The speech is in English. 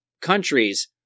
countries